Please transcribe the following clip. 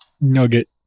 nugget